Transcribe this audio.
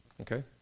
Okay